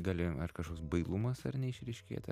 gali ar kažkoks bailumas ar ne išryškėti